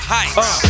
Heights